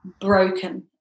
broken